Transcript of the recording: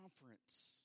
conference